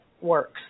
works